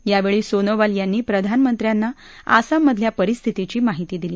यावेळी सोनोवाल यांनी प्रधानमंत्र्यांना आसाममधल्या परिस्थितीची माहिती दिली